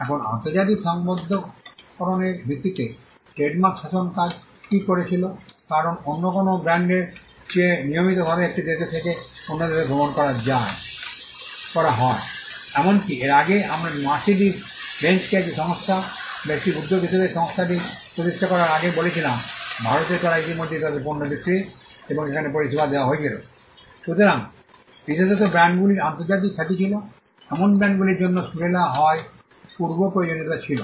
এখন আন্তর্জাতিক সংঘবদ্ধকরণের ভিত্তিতে ট্রেডমার্ক শাসনকাজ কী করেছিল কারণ অন্য যে কোনও ব্র্যান্ডের চেয়ে নিয়মিতভাবে একটি দেশ থেকে অন্য দেশে ভ্রমণ করা হয় এমনকি এর আগে আমরা মার্সিডিজ বেঞ্জকে একটি সংস্থা বা একটি উদ্যোগ হিসাবে সংস্থাটি প্রতিষ্ঠা করার আগে বলেছিলাম ভারতে তারা ইতিমধ্যে তাদের পণ্য বিক্রি এবং এখানে পরিষেবা দেওয়া হয়েছিল সুতরাং বিশেষত ব্র্যান্ডগুলির আন্তর্জাতিক খ্যাতি ছিল এমন ব্র্যান্ডগুলির জন্য সুরেলা হওয়াই পূর্ব প্রয়োজনীয়তা ছিল